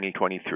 2023